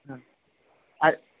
হ্যাঁ আর